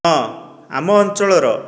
ହଁ ଆମ ଅଞ୍ଚଳର